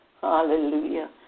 Hallelujah